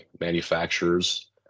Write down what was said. manufacturers